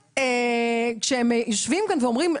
כשהם יושבים כאן ואומרים,